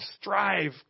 strive